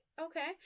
okay